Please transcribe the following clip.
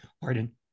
Pardon